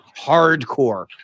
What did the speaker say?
hardcore